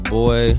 boy